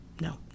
No